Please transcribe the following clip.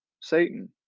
Satan